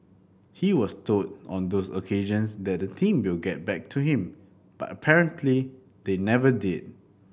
he was told on those occasions that the team will get back to him but apparently they never did